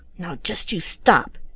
now just you stop.